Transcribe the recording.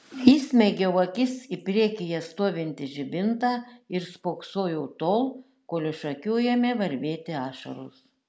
įsmeigiau akis į priekyje stovintį žibintą ir spoksojau tol kol iš akių ėmė varvėti ašaros